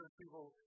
people